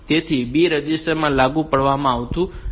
તેથી B register લાગુ કરવામાં આવતું નથી